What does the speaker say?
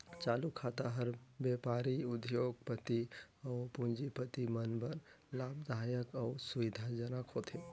चालू खाता हर बेपारी, उद्योग, पति अउ पूंजीपति मन बर लाभदायक अउ सुबिधा जनक होथे